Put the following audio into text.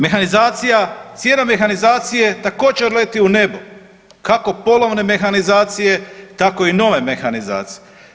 Mehanizacija, cijena mehanizacije također leti u nebo kako polovne mehanizacije, tako i nove mehanizacije.